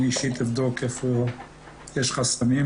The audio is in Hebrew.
אני אישית אבדוק איפה יש חסמים.